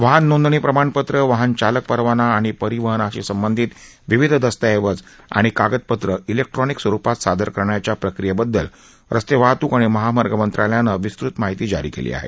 वाहन नोंदणी प्रमाणपत्र वाहन चालक परवाना आणि परिवहनांशी संबंधित विविध दस्तऐवज आणि कागदपत्र इलेक्ट्रोनिक स्वरुपात सादर करण्याच्या प्रक्रीयेबद्दल रस्ते वाहत्क आणि महामार्ग मंत्रालयानं विस्तृत माहिती जारी केली आहे